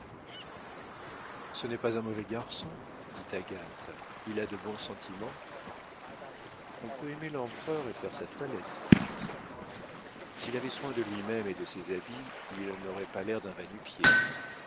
ce n'est pas un mauvais garçon dit agathe il a de bons sentiments on peut aimer l'empereur et faire sa toilette dit joseph s'il avait soin de lui-même et de ses habits il n'aurait pas l'air d'un va-nu-pieds